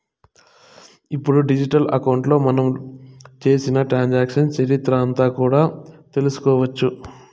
ఇప్పుడు డిజిటల్ అకౌంట్లో మనం చేసిన ట్రాన్సాక్షన్స్ చరిత్ర అంతా కూడా తెలుసుకోవచ్చు